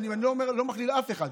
ואני לא מכליל אף אחד,